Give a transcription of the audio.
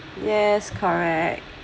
yes correct